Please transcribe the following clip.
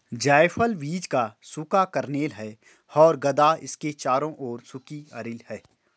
जायफल बीज का सूखा कर्नेल है और गदा इसके चारों ओर सूखी अरिल है